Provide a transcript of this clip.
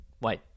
wait